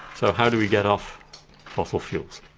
so how do we get off fossil fuels?